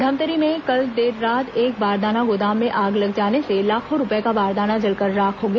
धमतरी में कल देर रात एक बारदाना गोदाम में आग लग जाने से लाखों रूपये का बारदाना जलकर राख हो गया